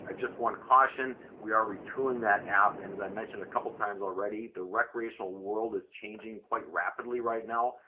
ah just one caution, we are retooling that app and as i mentioned a couple times already the recreational world is changing quite rapidly right now.